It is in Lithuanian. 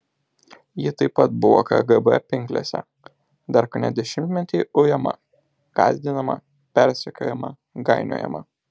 ji taip pat buvo kgb pinklėse dar kone dešimtmetį ujama gąsdinama persekiojama gainiojama